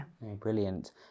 brilliant